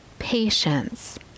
Patience